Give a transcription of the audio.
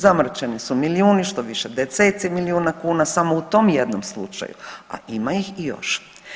Zamračeni su milijuni, štoviše deseci milijuna kuna, samo u tom jednom slučaju, a ima ih i još.